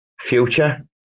future